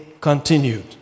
continued